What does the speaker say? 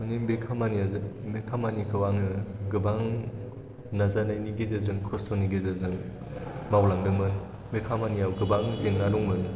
माने बे खामानिखौ आङो गोबां नाजानायनि गेजेरजों खस्ट'नि गेजेरजों मावलांदोंमोन बे खामानियाव गोबां जेंना दंमोन